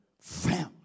family